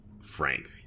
Frank